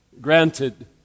Granted